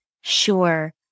Sure